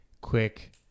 quick